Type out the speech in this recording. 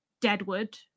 deadwood